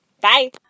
Bye